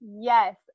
Yes